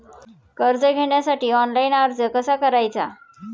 कर्ज घेण्यासाठी ऑनलाइन अर्ज कसा करायचा?